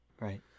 right